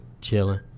Chilling